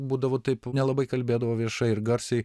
būdavo taip nelabai kalbėdavo viešai ir garsiai